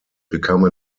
become